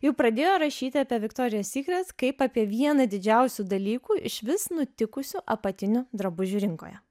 jau pradėjo rašyti apie viktorija sykret kaip apie vieną didžiausių dalykų išvis nutikusių apatinių drabužių rinkoje